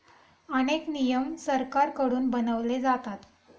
अनेक नियम सरकारकडून बनवले जातात